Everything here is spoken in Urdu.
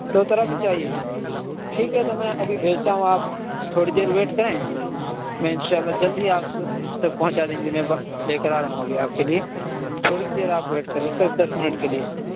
دو طرح کی چاہیے ٹھیک ہے تو میں ابھی بھیجتا ہوں آپ تھوڑی دیر ویٹ کریں میں ان شاء اللہ جلد ہی آپ تک پہنچا دیں گے میں لے کر آ رہا ہوں ابھی آپ کے لیے تھوڑی دیر آپ ویٹ کریں صرف دس منٹ کے لیے